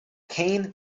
kane